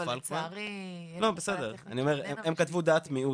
אז אני אגיד את זה בשמם,